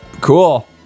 Cool